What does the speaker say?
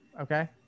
Okay